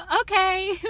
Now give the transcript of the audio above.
okay